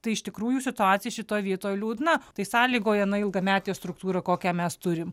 tai iš tikrųjų situacija šitoj vietoj liūdna tai sąlygoja na ilgametė struktūra kokią mes turim